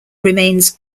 remains